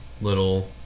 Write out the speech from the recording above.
little